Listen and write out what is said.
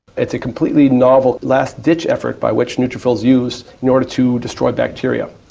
it's a completely novel last-ditch effort by which neutrophils use in order to destroy bacteria.